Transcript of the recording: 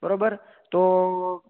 બરોબર તો